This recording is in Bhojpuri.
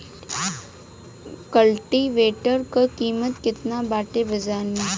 कल्टी वेटर क कीमत केतना बाटे बाजार में?